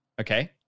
Okay